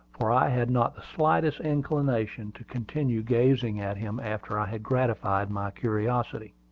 for i had not the slightest inclination to continue gazing at him after i had gratified my curiosity.